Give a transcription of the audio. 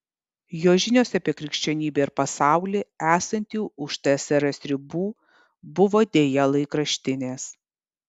jo žinios apie krikščionybę ir pasaulį esantį už tsrs ribų buvo deja laikraštinės